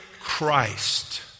Christ